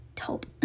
hope